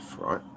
right